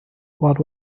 what